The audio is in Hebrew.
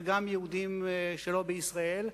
וגם יהודים שלא בישראל,